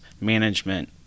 management